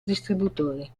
distributore